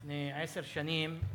לפני עשר שנים,